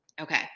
Okay